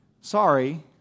sorry